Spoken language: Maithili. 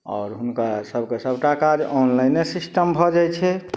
आओर हुनका सबके सबटा काज ऑनलाइने सिस्टम भऽ जाइ छै